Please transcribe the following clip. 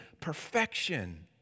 perfection